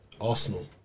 Arsenal